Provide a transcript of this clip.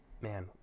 man